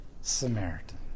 Samaritan